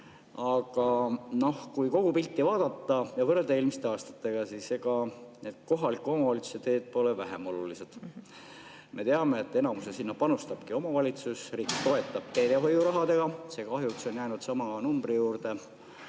Aga kui kogupilti vaadata ja võrrelda eelmiste aastatega, siis ega kohaliku omavalitsuse teed pole vähem olulised. Me teame, et enamuse sinna panustabki omavalitsus, riik toetab teehoiurahaga, mis kahjuks on jäänud juba mõned